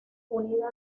unida